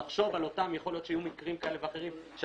יכול להיות שיהיו מקרים כאלה ואחרים,